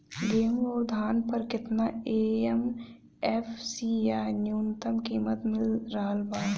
गेहूं अउर धान पर केतना एम.एफ.सी या न्यूनतम कीमत मिल रहल बा?